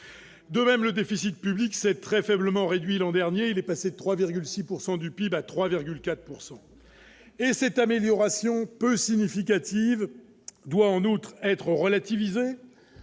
De même, le déficit public c'est très faiblement réduit l'an dernier, il est passé de 3,6 pourcent du du PIB à 3,4 pourcent et et cette amélioration peu significative doit en outre être relativisée,